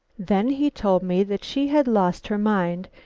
then he told me that she had lost her mind,